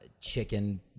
chicken